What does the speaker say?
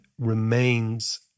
remains